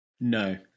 No